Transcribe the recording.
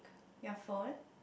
your phone